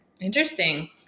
Interesting